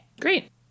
Great